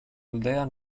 aldea